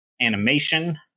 animation